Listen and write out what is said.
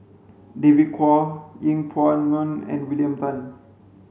David Kwo Yeng Pway Ngon and William Tan